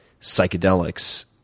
psychedelics